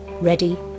ready